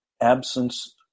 absence